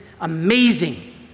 amazing